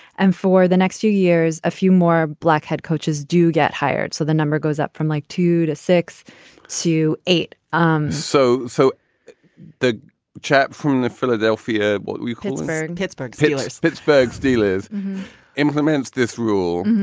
and for the next few years, a few more black head coaches do get hired. so the number goes up from like two to six to eight um so so the chap from the philadelphia wilkinsburg, pittsburgh steelers, pittsburgh steelers implements this rule.